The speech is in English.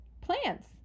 Plants